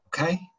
okay